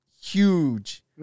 huge